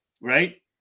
Right